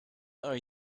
are